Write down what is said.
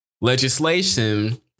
legislation